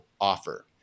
offer